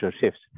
shifts